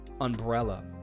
umbrella